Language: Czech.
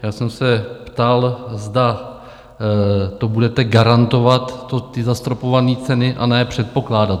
Já jsem se ptal, zda to budete garantovat, ty zastropované ceny, a ne předpokládat.